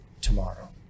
tomorrow